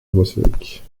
atmosphérique